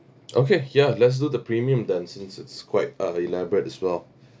okay ya let's do the premium then since it's quite uh elaborate as well